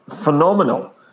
phenomenal